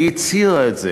היא הצהירה את זה